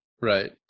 Right